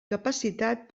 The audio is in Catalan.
capacitat